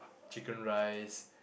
chicken rice